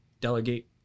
delegate